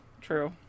True